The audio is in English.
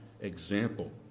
example